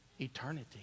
eternity